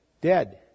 dead